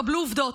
קבלו עובדות.